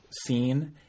scene